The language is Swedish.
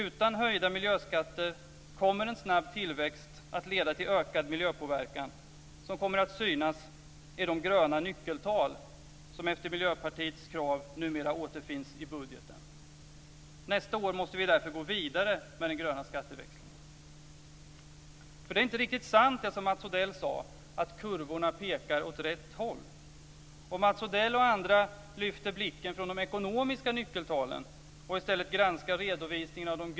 Utan höjda miljöskatter kommer en snabb tillväxt att leda till ökad miljöpåverkan som kommer att synas i de gröna nyckeltal som, efter Miljöpartiets krav, numera återfinns i budgeten. Nästa år måste vi därför gå vidare med den gröna skatteväxlingen. Det som Mats Odell sade om att kurvorna pekar åt rätt håll är inte riktigt sant.